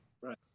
Right